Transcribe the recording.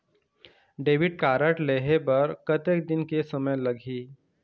Debit card लेहे बर कतेक दिन के समय लगही?